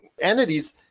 entities